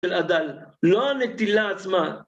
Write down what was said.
לא נטילה עצמה.